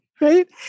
right